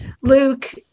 Luke